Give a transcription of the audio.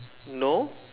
no